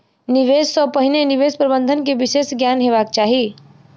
निवेश सॅ पहिने निवेश प्रबंधन के विशेष ज्ञान हेबाक चाही